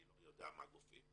אני לא יודע איזה גופים.